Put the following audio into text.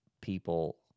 people